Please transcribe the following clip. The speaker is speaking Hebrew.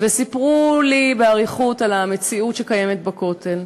וסיפרו לי באריכות על המציאות שקיימת בכותל.